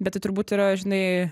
bet tai turbūt yra žinai